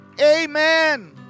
amen